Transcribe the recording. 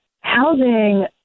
housing